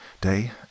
day